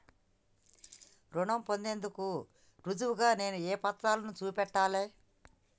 రుణం పొందేందుకు రుజువుగా నేను ఏ పత్రాలను చూపెట్టాలె?